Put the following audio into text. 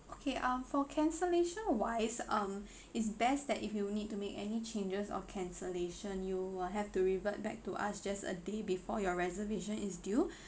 okay ah for cancellation wise um is best that if you need to make any changes or cancellation you will have to revert back to us just a day before your reservation is due